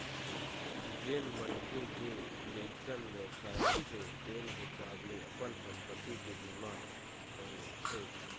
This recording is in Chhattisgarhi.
जेन मनखे के जइसन बेवसाय होथे तेन हिसाब ले अपन संपत्ति के बीमा करवाथे